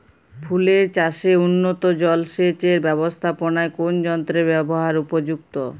ফুলের চাষে উন্নত জলসেচ এর ব্যাবস্থাপনায় কোন যন্ত্রের ব্যবহার উপযুক্ত?